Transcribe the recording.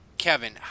Kevin